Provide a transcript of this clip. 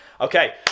okay